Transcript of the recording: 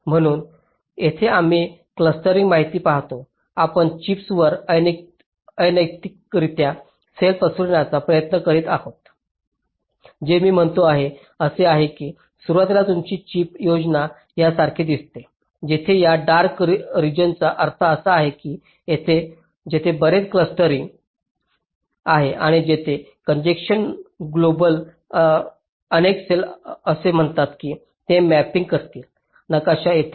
म्हणून येथे आम्ही क्लस्टरिंग माहिती पाहतो आपण चिप्स वर अनैतिकरित्या सेल पसरविण्याचा प्रयत्न करीत आहात जे मी म्हणतोय ते असे आहे की सुरुवातीला तुमची चिप योजना यासारखी दिसते जेथे या डार्क रेजियॉन्सचा अर्थ असा आहे की तिथे बरेच क्लस्टरिंग आहे आणि येथे कंजेशन ग्लोबल अनेक सेल असे म्हणतात की ते मॅपिंग करतील नकाशा येथे